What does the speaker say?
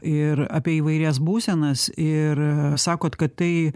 ir apie įvairias būsenas ir sakot kad tai